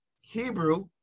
Hebrew